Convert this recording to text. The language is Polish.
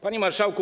Panie Marszałku!